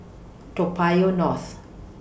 Toa Payoh North